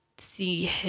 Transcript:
see